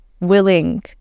willing